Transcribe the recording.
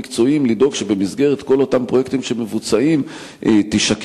המקצועיים לדאוג שבמסגרת כל אותם פרויקטים שמבוצעים תישקל,